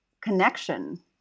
connection